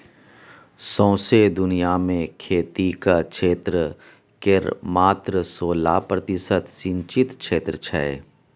सौंसे दुनियाँ मे खेतीक क्षेत्र केर मात्र सोलह प्रतिशत सिचिंत क्षेत्र छै